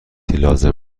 لازم